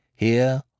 here